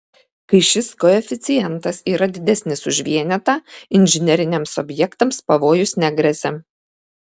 kai šis koeficientas yra didesnis už vienetą inžineriniams objektams pavojus negresia